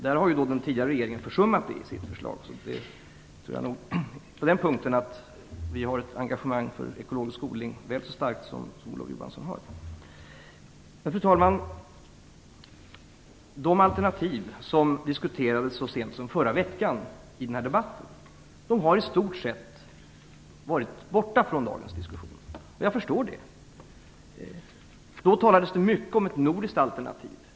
Detta har den tidigare regeringen försummat, så på den punkten tror jag nog att vi har ett engagemang som är väl så starkt som Fru talman! De alternativ som diskuterades så sent som förra veckan har i stort sett varit borta från dagens diskussion, och det förstår jag. Då talades det mycket om ett nordiskt alternativ.